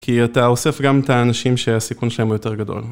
כי אתה אוסף גם את האנשים שהסיכון שלהם הוא יותר גדול.